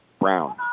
Brown